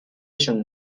شون